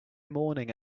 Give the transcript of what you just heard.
morning